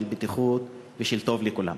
של בטיחות ושל טוב לכולם.